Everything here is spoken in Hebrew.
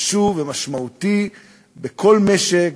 חשוב ומשמעותי בכל משק,